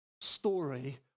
story